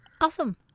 awesome